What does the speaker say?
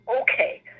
Okay